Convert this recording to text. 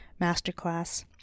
Masterclass